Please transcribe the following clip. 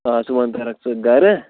آ صُبحن پھیرکھ ژٕ گرٕ